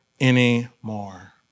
anymore